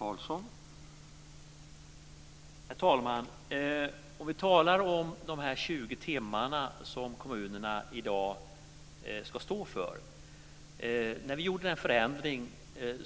Herr talman! Vi talar först om de 20 timmar som kommunerna i dag ska stå för. När vi gjorde förändringen